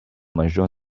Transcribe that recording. major